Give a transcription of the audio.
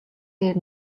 дээр